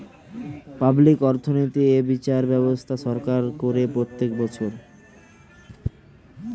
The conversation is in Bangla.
পাবলিক অর্থনৈতিক এ বিচার ব্যবস্থা সরকার করে প্রত্যেক বছর